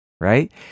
right